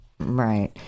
Right